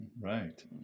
Right